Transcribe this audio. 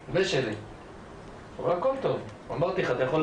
אולי הם לא יכלו, אולי אלה הנחיות שהם קיבלו.